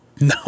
No